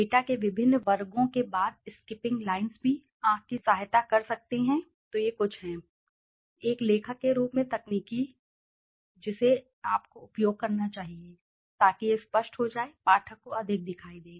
data के विभिन्न वर्गों के बाद Skipping linesस्किप्पिंग लाइन्स भी आंख की सहायता कर सकते हैं तो ये कुछ हैं एक लेखक के रूप में तकनीकें जिसे आपको उपयोग करना चाहिए ताकि यह स्पष्ट हो जाए पाठक को अधिक दिखाई दे